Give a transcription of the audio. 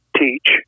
teach